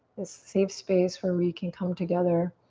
this safe space where we can come together